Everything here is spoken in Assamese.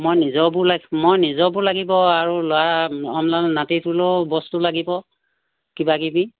মই নিজৰবোৰ মই নিজৰবোৰ লাগিব আৰু ল'ৰা নাতিটোলৈও বস্তু লাগিব কিবা কিবি